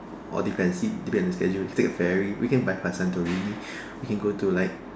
or defensive to be on the schedule we can bypass santorini we can go to like